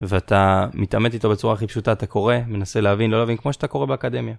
ואתה מתאמת איתו בצורה הכי פשוטה, אתה קורא, מנסה להבין, לא להבין, כמו שאתה קורא באקדמיה.